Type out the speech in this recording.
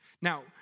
Now